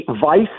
vice